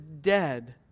dead